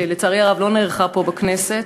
שלצערי הרב לא התקיימה פה בכנסת.